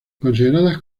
considerada